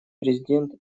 президент